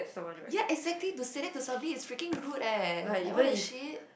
ya exactly to say that to somebody it's freaking rude eh like what the shit